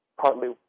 partly